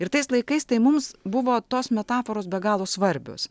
ir tais laikais tai mums buvo tos metaforos be galo svarbios